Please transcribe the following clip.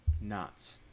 Knots